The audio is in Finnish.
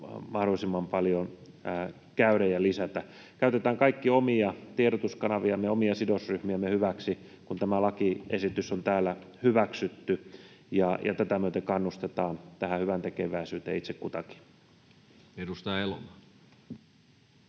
mahdollisimman paljon tehdä ja lisätä. Käytetään kaikki omia tiedotuskanaviamme ja omia sidosryhmiämme hyväksi, kun tämä lakiesitys on täällä hyväksytty, ja tätä myöten kannustetaan tähän hyväntekeväisyyteen itse kutakin. [Speech 261]